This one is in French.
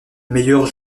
meilleure